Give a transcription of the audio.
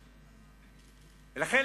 לכן,